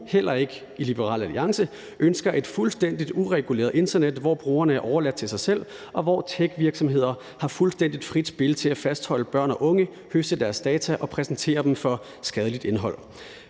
heller ikke i Liberal Alliance, ønsker et fuldstændig ureguleret internet, hvor brugerne er overladt til sig selv, og hvor techvirksomheder har fuldstændig frit spil til at fastholde børn og unge, høste deres data og præsentere dem for skadeligt indhold.